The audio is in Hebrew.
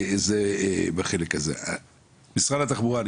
משרד התחבורה,